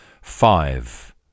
five